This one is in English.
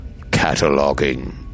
Cataloging